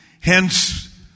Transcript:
Hence